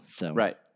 Right